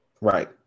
right